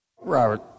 Robert